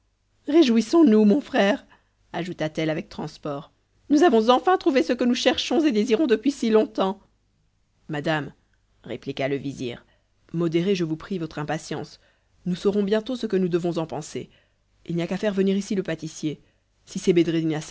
réjouissonsnous mon frère ajouta-t-elle avec transport nous avons enfin trouvé ce que nous cherchons et désirons depuis si longtemps madame répliqua le vizir modérez je vous prie votre impatience nous saurons bientôt ce que nous devons en penser il n'y a qu'à faire venir ici le pâtissier si c'est